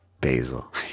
Basil